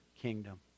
kingdom